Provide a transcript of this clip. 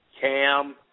Cam